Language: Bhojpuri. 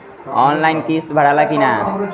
आनलाइन किस्त भराला कि ना?